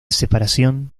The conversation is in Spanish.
separación